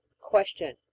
Question